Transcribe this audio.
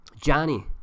Johnny